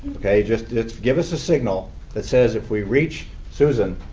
okay? just give us a signal that says if we reach susan,